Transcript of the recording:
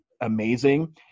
amazing